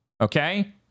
Okay